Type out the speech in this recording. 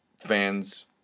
fans